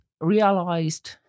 realized